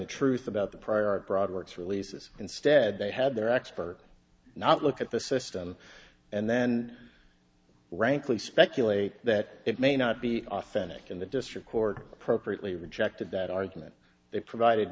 the truth about the prior broad works releases instead they had their expert not look at the system and then rankly speculate that it may not be authentic in the district court appropriately rejected that argument they provided